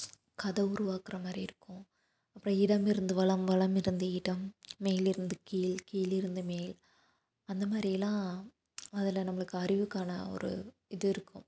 கதை உருவாக்கிற மாதிரி இருக்கும் அப்புறம் இடமிருந்து வலம் வலமிருந்து இடம் மேலேருந்து கீழ் கீழேருந்து மேல் அந்த மாதிரி எல்லாம் அதில் நம்மளுக்கு அறிவுக்கான ஒரு இது இருக்கும்